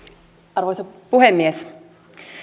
arvoisa puhemies